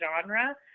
genre